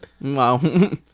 Wow